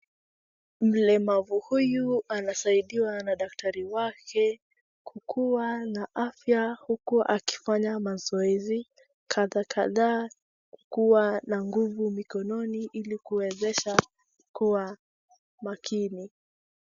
Mlemavu huyu anasaidiwa na daktari wake kukuwa na afya huku akifanya mazoezi kadhaa kadhaa kuwa na nguvu mikononi ili kuwezesha kuwa makini.